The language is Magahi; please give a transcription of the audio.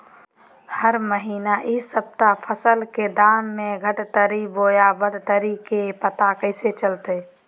हरी महीना यह सप्ताह फसल के दाम में घटोतरी बोया बढ़ोतरी के पता कैसे चलतय?